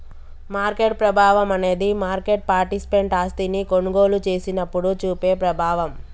market ప్రభావం అనేది market participant ఆస్తిని కొనుగోలు చేసినప్పుడు చూపే ప్రభావం